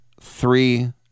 three